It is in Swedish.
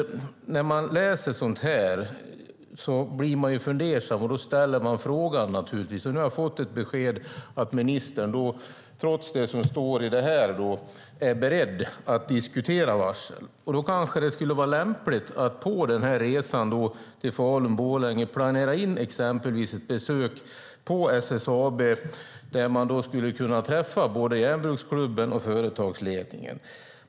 När man läser sådant här blir man fundersam, och då ställer man naturligtvis frågan. Nu har jag fått beskedet att ministern trots det som står här är beredd att diskutera varsel. Då kanske det skulle vara lämpligt att planera in exempelvis ett besök på SSAB under resan till Falun-Borlänge då man skulle kunna träffa både Järnbruksklubben och företagsledningen.